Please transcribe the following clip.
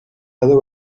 other